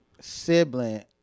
sibling